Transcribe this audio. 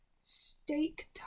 steak